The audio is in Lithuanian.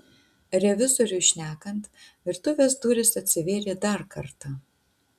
revizoriui šnekant virtuvės durys atsivėrė dar kartą